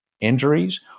injuries